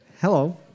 Hello